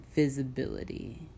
visibility